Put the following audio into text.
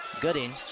Gooding